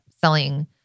selling